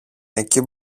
εκεί